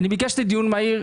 אני ביקשתי דיון מהיר.